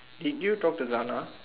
did you talk to Janna